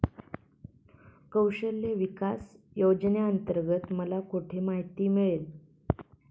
कौशल्य विकास योजनेअंतर्गत मला कुठे माहिती मिळेल?